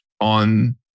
on